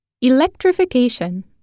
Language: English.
electrification